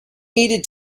needed